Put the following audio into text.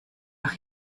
nach